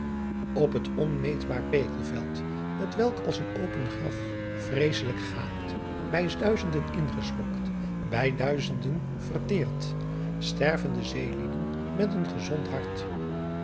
p het onmeetbaar pekelveld t welk als een open graf vreeslijk gaapt bij duizenden inslokt bij duizenden verteert sterven de zeelieden met een gezond hart